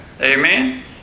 Amen